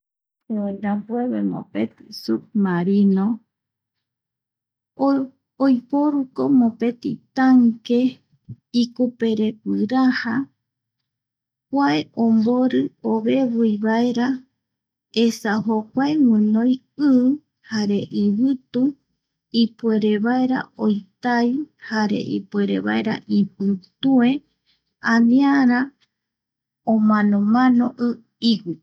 Yaerambueve mopeti submarino oi poruko mopeti tanque ikupere guiraja kua ombori ovevia vaera esa jokua guinoi i jare ivitu ipuere vaera oitai jare ipuerevaera ipitue aniara omanomano i iguipe.